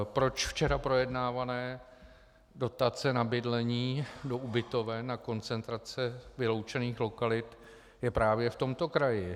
Proč včera projednávané dotace na bydlení do ubytoven a koncentrace vyloučených lokalit je právě v tomto kraji.